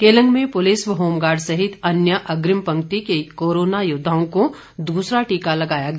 केलांग में पुलिस व होमगार्ड सहित अन्य अग्रिम पक्ति के कोरोना योद्वाओं को दूसरा टीका लगाया गया